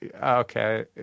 okay